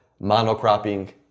monocropping